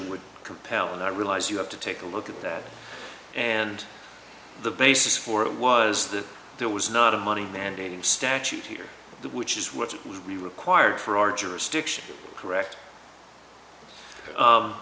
would compel and i realize you have to take a look at that and the basis for it was that there was not a money mandating statute here which is which would be required for our jurisdiction correct